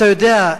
אתה יודע,